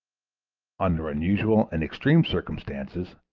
under unusual and extreme circumstances,